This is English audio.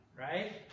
Right